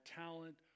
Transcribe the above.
talent